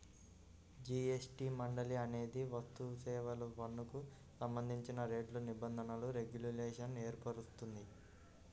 GST మండలి అనేది వస్తుసేవల పన్నుకు సంబంధించిన రేట్లు, నిబంధనలు, రెగ్యులేషన్లను ఏర్పరుస్తుంది